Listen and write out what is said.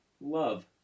Love